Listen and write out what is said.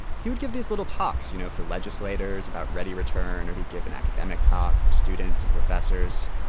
he would give these little talks, you know, for legislators about readyreturn. or he'd give an academic talk for students and professors.